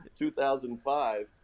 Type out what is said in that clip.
2005